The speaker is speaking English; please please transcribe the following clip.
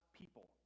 people